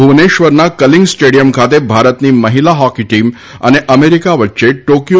ભુવનેશ્વરના Kalinga stadium ખાતે ભારતની મહિલા હોકી ટીમ અને અમેરિકા વચ્ચે ટોકિયો